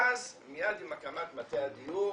ואז מיד עם הקמת מטה הדיור